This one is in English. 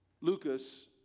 Lucas